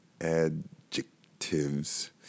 adjectives